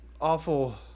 awful